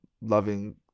loving